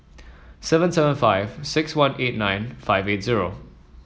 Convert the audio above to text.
seven seven five six one eight nine five eight zero